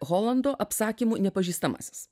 holando apsakymu nepažįstamasis